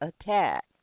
attack